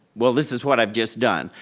well this is what i've just done.